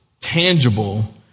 tangible